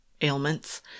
ailments